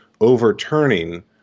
overturning